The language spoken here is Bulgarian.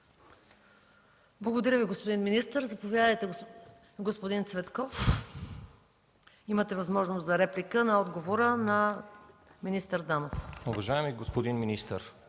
Благодаря Ви, господин министър. Заповядайте, господин Цветков, имате възможност за реплика на отговора на министър Данов. БОРИС ЦВЕТКОВ (КБ): Уважаеми господин министър,